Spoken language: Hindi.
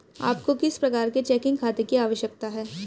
आपको किस प्रकार के चेकिंग खाते की आवश्यकता है?